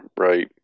right